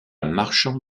marchand